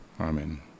Amen